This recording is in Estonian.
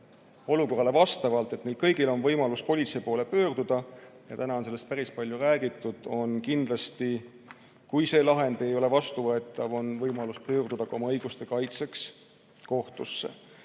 olukorrale vastavalt, on võimalus politsei poole pöörduda. Täna on sellest päris palju räägitud. Kindlasti, kui lahend ei ole vastuvõetav, on võimalus pöörduda oma õiguste kaitseks kohtusse.